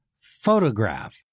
photograph